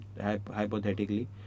hypothetically